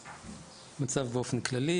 המצב באופן כללי,